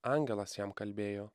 angelas jam kalbėjo